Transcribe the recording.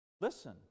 Listen